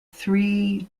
three